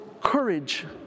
courage